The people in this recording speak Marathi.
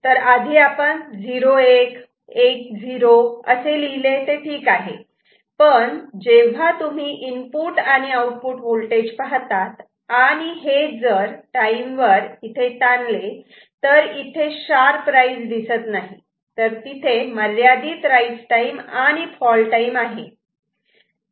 तर आधी आपण 0 1 1 0 असे लिहिले ते ठीक आहे पण जेव्हा तुम्ही इनपुट आणि आऊटपुट वोल्टेज पाहतात आणि हे जर टाईम वर ताणले तर तिथे शार्प राईज दिसत नाही तर तिथे मर्यादित राईज टाईम आणि फॉल टाईम आहे